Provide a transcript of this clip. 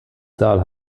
saal